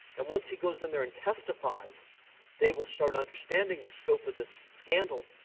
and once he goes in there and testifies they will start understanding the scope of this scandal.